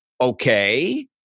okay